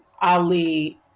Ali